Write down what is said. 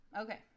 Okay